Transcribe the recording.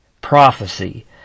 prophecy